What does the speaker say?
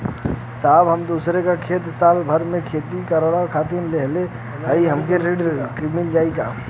साहब हम दूसरे क खेत साल भर खेती करावे खातिर लेहले हई हमके कृषि ऋण मिल जाई का?